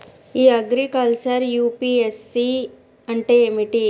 ఇ agriculture UPSC అంటే ఏమిటి?